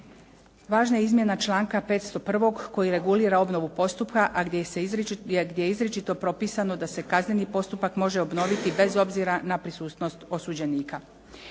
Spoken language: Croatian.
Važna izmjena članka 501. koji regulira obnovu postupka a gdje je izričito propisano da se kazneni postupak može obnoviti bez obzira na prisutnost osuđenika.